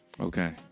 Okay